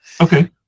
Okay